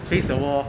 face the wall